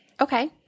Okay